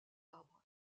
arbre